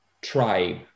tribe